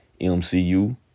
MCU